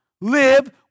live